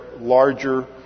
larger